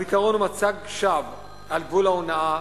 הפתרון הוא מצג שווא על גבול ההונאה,